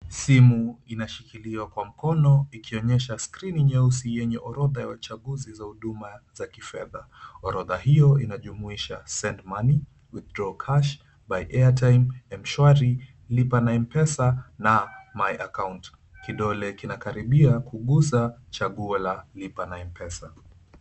Simu inashikiliwa kwa mkono, ikionyesha skrini nyeusi yenye orodha ya uchaguzi za huduma za kifedha. Orodha hiyo inajumuisha send money, withdraw cash, buy airtime, mshwari, lipa na m-pesa na my account . Kidole kinakaribia kugusa chaguo la lipa na m-pesa.